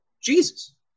Jesus